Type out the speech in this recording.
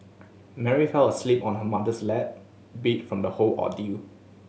Mary fell asleep on her mother's lap beat from the whole ordeal